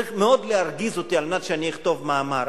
צריך מאוד להרגיז אותי על מנת שאני אכתוב מאמר.